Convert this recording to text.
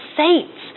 saints